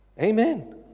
Amen